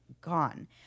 gone